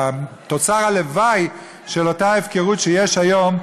ותוצר הלוואי של אותה הפקרות שיש היום,